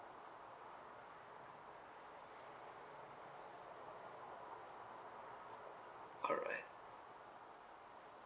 alright